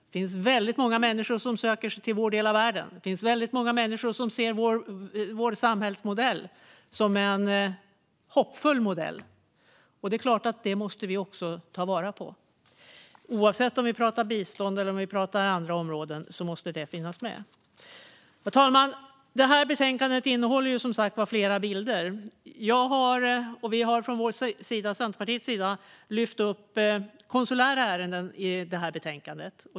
Det finns väldigt många människor som söker sig till vår del av världen och som ser vår samhällsmodell som en hoppfull modell, och det är klart att vi måste ta vara på det. Oavsett om det gäller bistånd eller om det gäller andra områden måste detta finnas med. Herr talman! Detta betänkande innehåller som sagt flera bilder. Vi har från Centerpartiets sida lyft upp konsulära ärenden i detta betänkande.